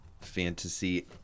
Fantasy